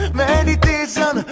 meditation